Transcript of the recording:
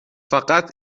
فقط